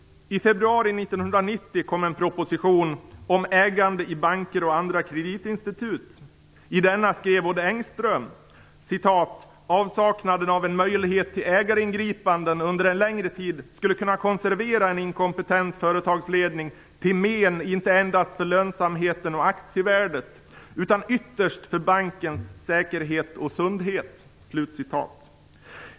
I februari 1990 kom en proposition om ägande i banker och andra kreditinstitut. I denna skrev Odd Engström: "Avsaknaden av en möjlighet till ägaringripanden under en längre tid skulle kunna konservera en inkompetent företagsledning till men inte endast för lönsamheten och aktievärdet utan ytterst för bankens säkerhet och sundhet."